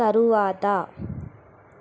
తరువాత